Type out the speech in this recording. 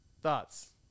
thoughts